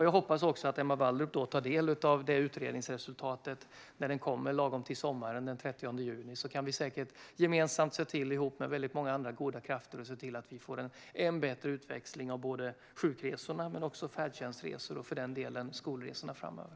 Jag hoppas också att Emma Wallrup tar del av detta utredningsresultat när det kommer lagom till sommaren - den 30 juni. Då kan vi säkert gemensamt se till, tillsammans med många andra goda krafter, att vi får en än bättre utväxling av sjukresorna, färdtjänstresorna och för den delen skolresorna framöver.